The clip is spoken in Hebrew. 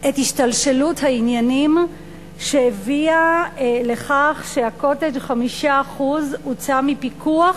את השתלשלות העניינים שהביאה לכך שה"קוטג'" 5% הוצא מפיקוח